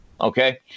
okay